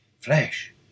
Flesh